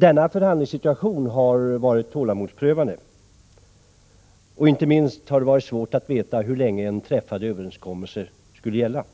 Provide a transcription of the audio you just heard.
Denna förhandlingssituation har varit tålamodsprövande, och det har inte minst varit svårt att veta hur länge en träffad överenskommelse skulle gälla.